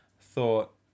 thought